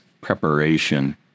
preparation